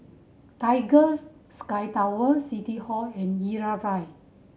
Tigers Sky Tower City Hall and Irau Drive